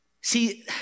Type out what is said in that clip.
See